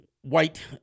white